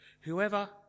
Whoever